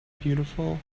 beautiful